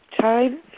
Time